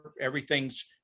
Everything's